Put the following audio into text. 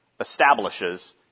establishes